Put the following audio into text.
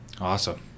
Awesome